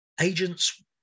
agents